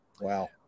Wow